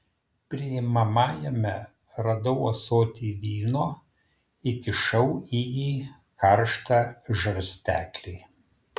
priimamajame radau ąsotį vyno įkišau į jį karštą žarsteklį